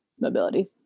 mobility